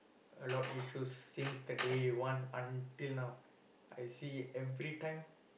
a lot is those since the day one until now I see every time